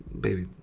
baby